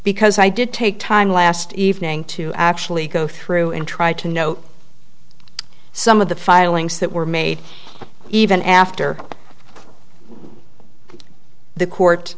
because i did take time last evening to actually go through and try to note some of the filings that were made even after the court